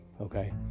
okay